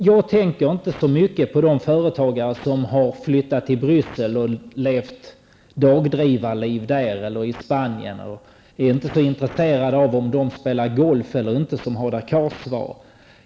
Jag tänker inte så mycket på de företagare som har flyttat till Bryssel eller Spanien och levt dagdrivarliv där. Jag är inte heller så intresserad av om de spelar golf eller inte som Hadar Cars var.